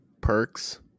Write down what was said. perks